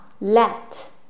let